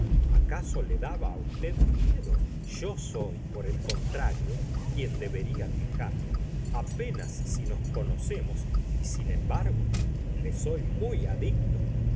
acaso le daba á usted miedo yo soy por el contrario quien debería quejarme apenas si nos conocemos y sin embargo le soy muy adicto